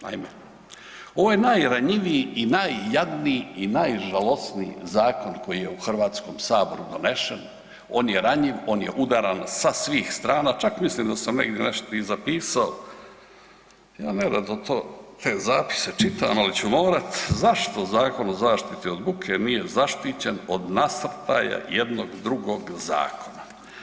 Naime, ovo je najranjiviji i najjadniji i najžalosniji zakon koji je u HS-u donesen, on je ranjiv, on je udaran sa svih strana čak mislim da sam negdje nešto i zapisao, ja nerado te zapise čitam ali ću morat, zašto Zakon o zaštiti buke nije zaštićen od nasrtaja jednog drugog zakona.